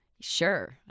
sure